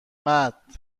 مرد